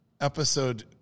episode